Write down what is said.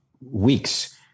weeks